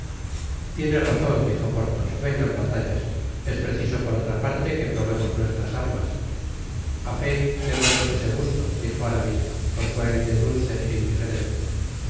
tiene razon dijo porthos vengan batallas es preciso por otra parte que probemos nuestras armas a fé démonos ese gusto dijo aramis con su aire dulce é indiferente